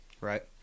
Right